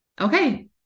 okay